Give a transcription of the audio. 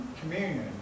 communion